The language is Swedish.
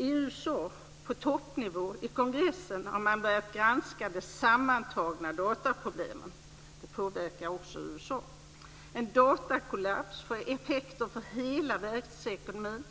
I USA - på toppnivå, i kongressen - har man börjat granska de sammantagna dataproblemen, eftersom detta påverkar också USA. En datakollaps får ju effekter för hela världsekonomin.